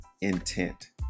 intent